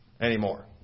anymore